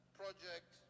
project